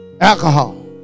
Alcohol